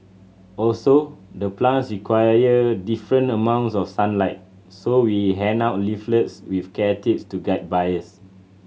also the plants require different amounts of sunlight so we hand out leaflets with care tips to guide buyers